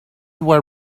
were